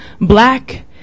Black